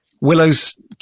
Willow's